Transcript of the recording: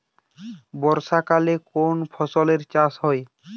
বর্ষাকালে কোন ফসলের চাষ হয়?